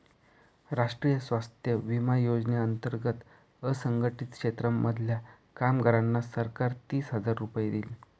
राष्ट्रीय स्वास्थ्य विमा योजने अंतर्गत असंघटित क्षेत्रांमधल्या कामगारांना सरकार तीस हजार रुपये देईल